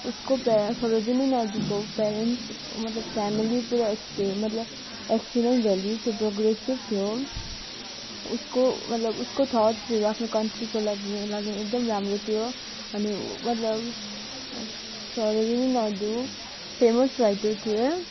उसको प्या सरोजनी नायडूको प्यारेन्ट्स मतलब फ्यामिली पुरा एक्सपी मतलब एक्सिरेन्स भ्याल्यू प्रोग्रेसिव थियो उसको मतलब उसको थट्सहरू आफ्नो कन्ट्रीको लागि लागि एकदम राम्रो थियो अनि मतलब सरोजनी नायडू फेमस राइटर थिए